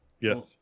Yes